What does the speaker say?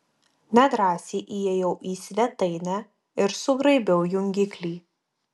nedrąsiai įėjau į svetainę ir sugraibiau jungiklį